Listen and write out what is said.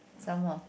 some more